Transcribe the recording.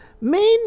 main